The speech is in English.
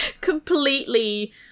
completely